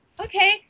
okay